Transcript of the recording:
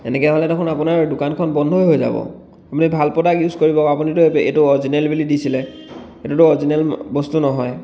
এনেকৈ হ'লে দেখোন আপোনাৰ দোকানখন বন্ধ হৈয়ে যাব আপুনি ভাল প্ৰ'ডাক্ট ইউজ কৰিব আকৌ আপুনিতো এইটো এইটো অৰিজিনেল বুলি দিছিলে এইটোতো অৰিজিনেল বস্তু নহয়